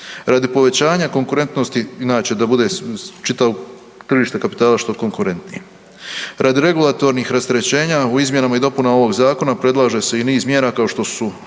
Radi povećanja konkurentnosti inače da bude čitavo tržište kapitala što konkurentnijim, radi regulatornih rasterećenja u izmjenama i dopunama ovog zakona predlaže se i niz mjera kao što su